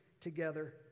together